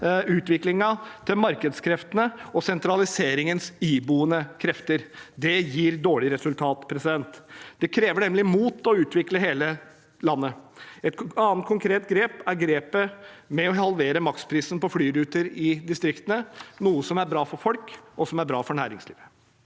til markedskreftene og sentraliseringens iboende krefter. Det gir dårlig resultat. Det krever nemlig mot å utvikle hele landet. Et annet konkret grep er grepet med å halvere maksprisen på flyruter i distriktene, noe som er bra for folk, og som er bra for næringslivet.